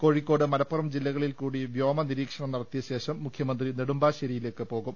കോഴിക്കോട് മലപ്പുറം ജില്ലകളിൽക്കൂടി വ്യോമനിരീ ക്ഷണം നടത്തിയ ശേഷം മുഖ്യമന്ത്രി നെടുമ്പാശ്ശേരിയിലേക്ക് പോകും